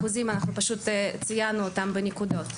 אנחנו פשוט ציינו אותם בנקודות.